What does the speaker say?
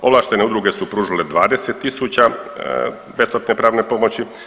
Ovlaštene udruge su pružile 20.000 besplatne pravne pomoći.